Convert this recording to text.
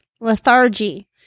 Lethargy